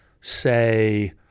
say